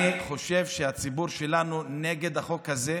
אני חושב שהציבור שלנו הוא נגד החוק הזה.